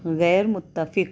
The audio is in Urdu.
غیرمتفق